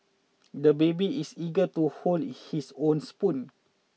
the baby is eager to hold his own spoon